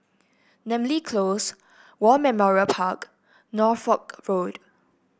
Namly Close War Memorial Park Norfolk Road